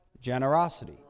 Generosity